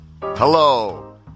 Hello